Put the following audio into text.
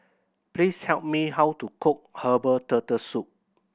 please tell me how to cook herbal Turtle Soup